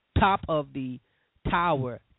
top-of-the-tower